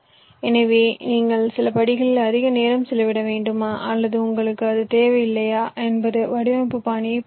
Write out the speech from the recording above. எனவே நீங்கள் சில படிகளில் அதிக நேரம் செலவிட வேண்டுமா அல்லது உங்களுக்கு அது தேவையில்லையா என்பது வடிவமைப்பு பாணியைப் பொறுத்தது